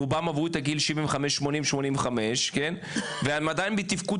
רובם עברו את הגיל 75-80-85 והם עדיין בתפקוד